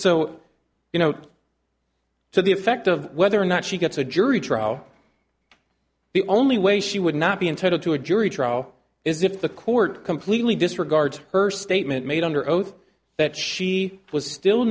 to the effect of whether or not she gets a jury trial the only way she would not be entitled to a jury trial is if the court completely disregard her statement made under oath that she was still